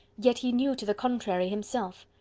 yet he knew to the contrary himself.